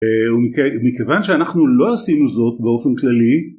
ומכיוון שאנחנו לא עשינו זאת באופן כללי